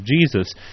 Jesus